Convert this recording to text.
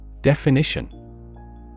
Definition